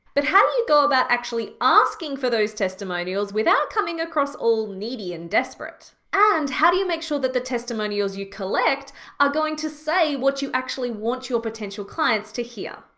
but how do you go about actually asking for those testimonials without coming across all needy and desperate? and, how do you make sure that the testimonials you collect are going to say what you actually want your potential clients to hear?